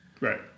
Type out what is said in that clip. Right